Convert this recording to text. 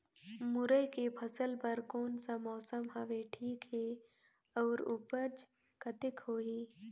मुरई के फसल बर कोन सा मौसम हवे ठीक हे अउर ऊपज कतेक होही?